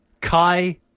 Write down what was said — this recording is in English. Kai